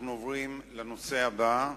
אנחנו עוברים לנושא הבא,